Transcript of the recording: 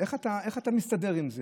איך אתה מסתדר עם זה?